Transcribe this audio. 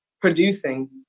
producing